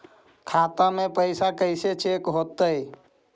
खाता में पैसा कैसे चेक हो तै?